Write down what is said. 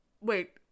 Wait